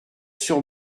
sur